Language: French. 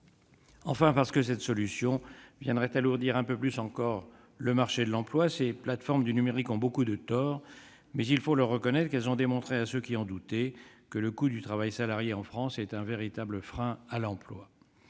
Enfin, cette solution viendrait alourdir un peu plus encore le marché de l'emploi. Les plateformes du numérique ont beaucoup de torts, mais il faut leur reconnaître qu'elles ont démontré à ceux qui en doutaient que le coût du travail salarié en France est un véritable frein à l'emploi.